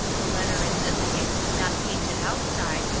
the letter in this case was not painted outside,